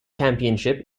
championship